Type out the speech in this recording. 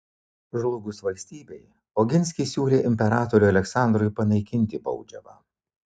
žlugus valstybei oginskis siūlė imperatoriui aleksandrui panaikinti baudžiavą